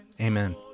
Amen